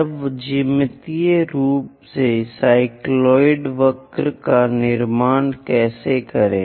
अब ज्यामितीय रूप से साइक्लोइड वक्र का निर्माण कैसे करें